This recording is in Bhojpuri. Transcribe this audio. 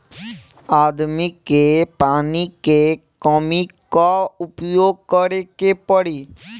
आदमी के पानी के कमी क उपाय करे के पड़ी